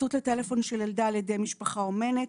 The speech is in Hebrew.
ציטוט לטלפון של ילדה על-ידי משפחה אומנת.